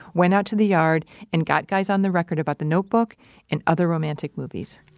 went out to the yard and got guys on the record about the notebook and other romantic movies